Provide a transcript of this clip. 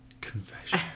Confession